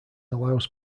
allows